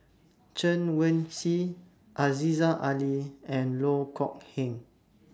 Chen Wen Hsi Aziza Ali and Loh Kok Heng